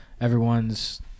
Everyone's